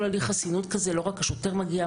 כל הליך חסינות כזה לא רק השוטר מגיע,